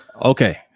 Okay